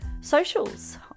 socials